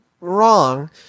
wrong